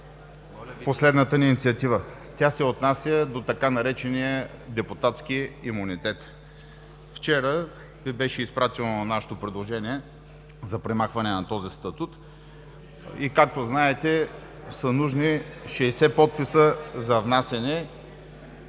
с последната ни инициатива. Тя се отнася до така наречения „депутатски имунитет“. Вчера беше изпратено нашето предложение за премахване на този статут и, както знаете, са нужни 60 подписа за внасяне